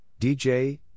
DJ